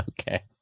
Okay